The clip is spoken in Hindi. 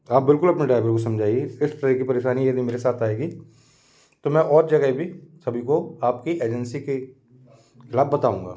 आप बिल्कुल अपने ड्राइवर को समझाइए इस तरह की परेशानी यदि मेरे साथ आएगी तो मैं और जगह भी सभी को आपकी एजेंसी के खिलाफ बताऊँगा